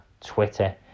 Twitter